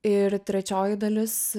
ir trečioji dalis